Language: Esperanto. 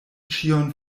ĉion